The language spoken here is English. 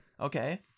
Okay